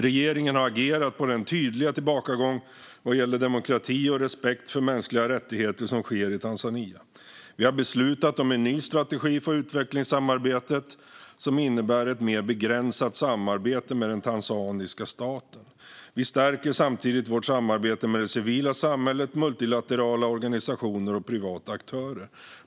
Regeringen har agerat på den tydliga tillbakagång vad gäller demokrati och respekt för mänskliga rättigheter som sker i Tanzania. Vi har beslutat om en ny strategi för utvecklingssamarbetet som innebär ett mer begränsat samarbete med tanzaniska staten. Vi stärker samtidigt vårt samarbete med det civila samhället, multilaterala organisationer och privata aktörer.